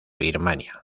birmania